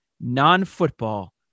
non-football